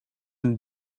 een